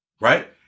Right